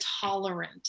tolerant